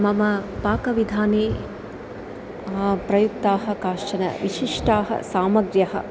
मम पाकविधाने प्रयुक्ताः कश्चन विशिष्टाः सामग्र्यः